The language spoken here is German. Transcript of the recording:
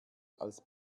als